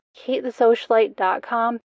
katethesocialite.com